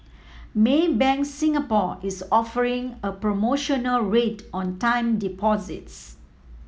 Maybank Singapore is offering a promotional rate on time deposits